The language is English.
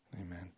Amen